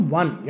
one